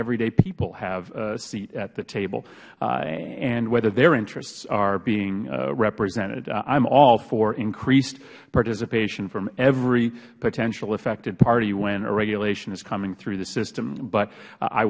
everyday people have a seat at the table and whether their interests are being represented i am all for increased participation from every potential affected party when a regulation is coming through the system but i